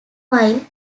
while